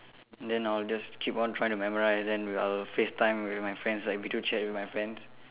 then I'll just keep on trying to memorise then I'll FaceTime with my friends like video chat with my friends